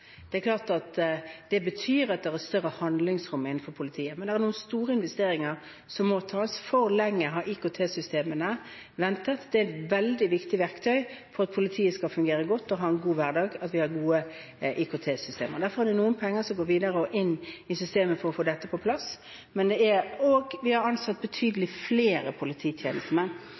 Det er klart det betyr større handlingsrom innenfor politiet, men det er noen store investeringer som må tas. IKT-systemene har ventet for lenge. Det er et veldig viktig verktøy for at politiet skal fungere godt og ha en god hverdag, at de har gode IKT-systemer. Derfor går noen penger videre inn i systemet for å få dette på plass, men det er også ansatt betydelig flere polititjenestemenn. Det at vi har pålagt å ansette flere polititjenestemenn